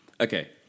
Okay